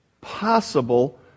possible